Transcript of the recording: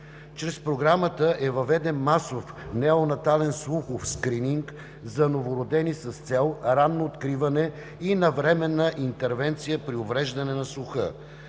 Чрез Програмата е въведен масов неонатален слухов скрининг за новородени с цел ранно откриване и навременна интервенция при увреждане на слуха.